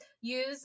use